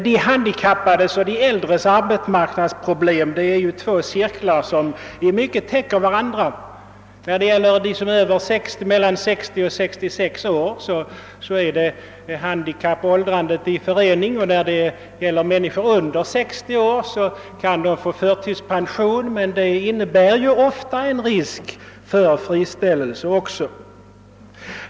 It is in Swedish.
De handikappades och de äldres arbetsmarknadsproblem är två cirklar som i mycket täcker varandra. När det gäller människor mellan 60 och 66 år verkar handikapp och åldrande i förening. Personer under 60 år kan få förtidspension, men det innebär ofta också en risk för friställning.